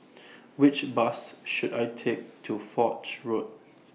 Which Bus should I Take to Foch Road